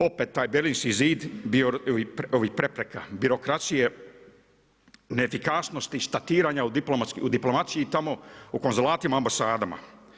Opet taj Berlinski zid ovih prepreka, birokracije, neefikasnosti, statiranja u diplomaciji tamo, u konzulatima, ambasadama.